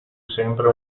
sempre